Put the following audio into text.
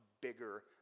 bigger